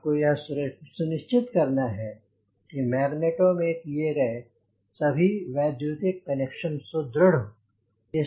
आपको यह सुनिश्चित करना है कि मैग्नेटो में किये गए सभी वैद्युतिक कनेक्शन सुदृढ़ हों